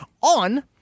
on